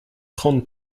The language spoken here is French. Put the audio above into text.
trente